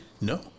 No